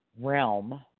realm